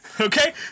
Okay